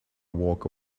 walk